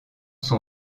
son